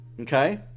okay